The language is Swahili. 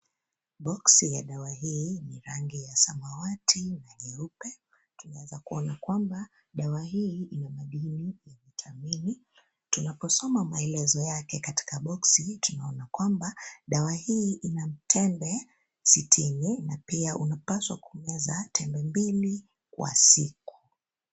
Boksi ya dawa hii ni rangi ya samawati na nyeupe, tunaweza kuona kwamba dawa hii ina madini ya vitamini, tunaposoma maelezo yake katika boksi tunaona kwamba dawa hii ina tembe sitini na pia unapaswa kumeza tembe mbili kwa siku.